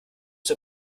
zur